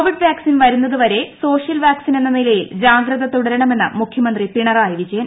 Covid vaccine വരുന്നതുവരെ social vaccine എന്ന നിലയിൽ ജാഗ്രത തുടരണമെന്ന് മുഖ്യമന്ത്രി പിണറായി വിജയൻ